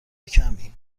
کمی